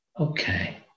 Okay